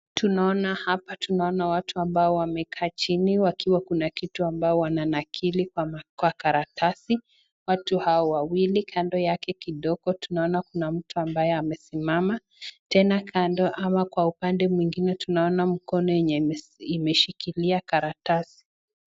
Tunaona hapa tunaona watu ambao wamekaa chini wakiwa kuna kitu ambayo wananakili kwa karatasi, watu hao wawili kando yake kidogo tunaona kuna mtu ambaye amesimama, tena kando ama kwa upande mwingine tunaona mkono yenye imeshikilia karatasi.